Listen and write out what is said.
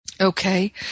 Okay